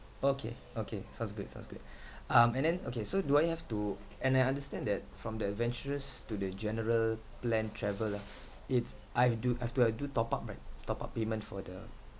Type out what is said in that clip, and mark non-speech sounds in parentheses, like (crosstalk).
okay okay sounds good sounds good (breath) um and then okay so do I have to and I understand that from the adventurous to the general plan travel ah it's I've do I've to uh do top up right top up payment for the